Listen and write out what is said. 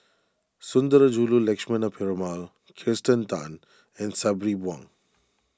Sundarajulu Lakshmana Perumal Kirsten Tan and Sabri Buang